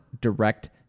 direct